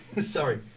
sorry